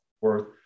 worth